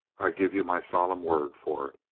i give you my solemn word for it!